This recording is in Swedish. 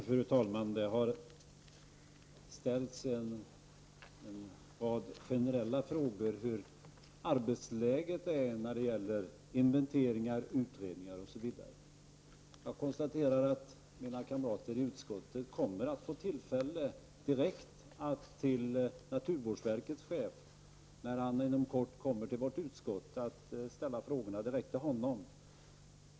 Fru talman! Det har ställts en rad generella frågor om arbetsläget när det gäller inventeringar, utredningar, osv. Jag konstaterar att mina kamrater i utskottet kommer att få tillfälle att ställa de frågorna direkt till naturvårdsverkets chef när han inom kort kommer till vårt utskott.